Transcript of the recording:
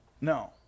No